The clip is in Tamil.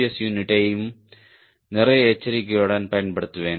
எஸ் யூனிட்டையும் நிறைய எச்சரிக்கையுடன் பயன்படுத்துவேன்